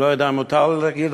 אני לא יודע אם מותר לי להגיד,